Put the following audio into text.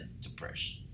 depression